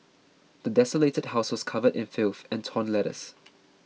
the desolated house was covered in filth and torn letters